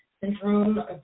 syndrome